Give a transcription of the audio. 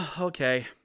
Okay